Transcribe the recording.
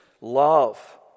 love